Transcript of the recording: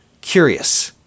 curious